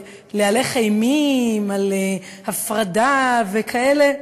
להלך אימים על הפרדה וכאלה,